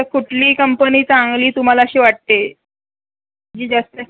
तर कुठली कंपनी चांगली तुम्हाला अशी वाटते जी जास्त